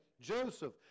Joseph